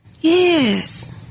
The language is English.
Yes